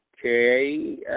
okay